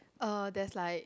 oh there's like